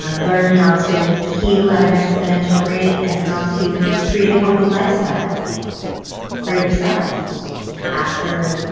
ah learn how to heal at an exponential rate and how to create a healthy lifestyle for yourself after